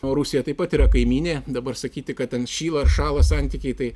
o rusija taip pat yra kaimynė dabar sakyti kad ten šyla ar šąla santykiai tai